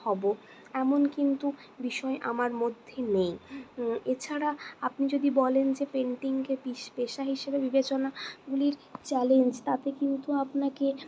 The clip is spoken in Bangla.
হব এমন কিন্তু বিষয় আমার মধ্যে নেই এছাড়া আপনি যদি বলেন যে পেন্টিংকে পিশ পেশা হিসেবে বিবেচনা চ্যালেঞ্জ তাতে কিন্তু আপনাকে